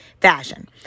fashion